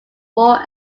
war